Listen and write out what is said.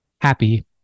happy